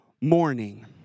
morning